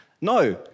No